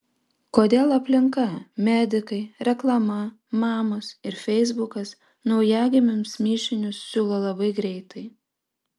kodėl aplinka medikai reklama mamos ir feisbukas naujagimiams mišinius siūlo labai greitai